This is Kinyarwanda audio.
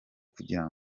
kugira